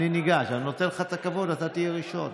אני נותן לך את הכבוד, אתה תהיה ראשון.